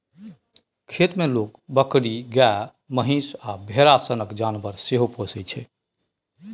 खेत मे लोक बकरी, गाए, महीष आ भेरा सनक जानबर सेहो पोसय छै